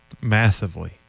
Massively